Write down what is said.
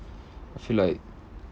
I feel like